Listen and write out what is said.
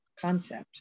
concept